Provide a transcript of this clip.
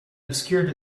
obscured